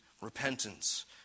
repentance